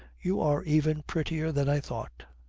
you are even prettier than i thought.